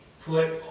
put